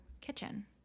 kitchen